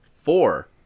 four